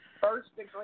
first-degree